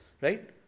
Right